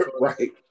Right